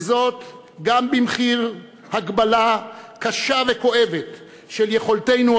וזאת גם במחיר הגבלה קשה וכואבת של יכולתנו,